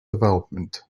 development